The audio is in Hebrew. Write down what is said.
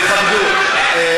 תכבדו אותו.